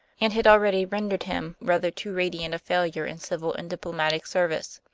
and had already rendered him rather too radiant a failure in civil and diplomatic service.